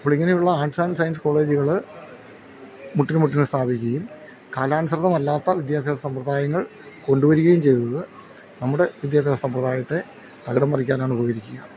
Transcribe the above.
അപ്പോൾ ഇങ്ങനെയുള്ള arts and science കോളേജുകൾ മുട്ടിന് മുട്ടിന് സ്ഥാപിക്കുകേം കാലാനുസ്രതം അല്ലാത്ത വിദ്യാഭ്യാസ സമ്പ്രദായങ്ങൾ കൊണ്ടുവരികേം ചെയ്തത് നമ്മുടെ വിദ്യാഭ്യാസ സമ്പ്രദായത്തെ തകിടം മറിക്കാനാണ് ഉപകരിക്കുക